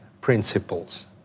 principles